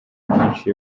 myinshi